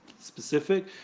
Specific